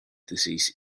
disease